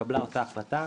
והתקבלה אותה החלטה